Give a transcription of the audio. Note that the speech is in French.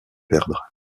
perdre